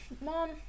Mom